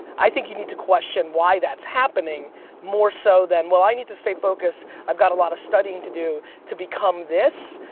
i think you need to question why that's happening more so than well i need to stay focused. i've got a lot of studying to do to become this.